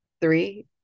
three